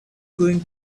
going